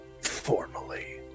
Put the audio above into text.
formally